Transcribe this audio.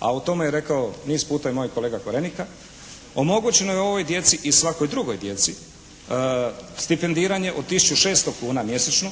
a o tome je rekao i niz puta i moj kolega Korenika, omogućeno je ovoj djeci i svakoj drugoj djeci stipendiranje od tisuću 600 kuna mjesečno,